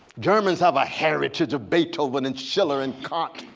germans have a heritage of beethoven and chileran cont